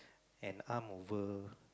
an arm over